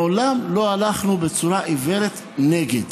מעולם לא הלכנו בצורה עיוורת נגד.